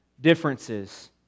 differences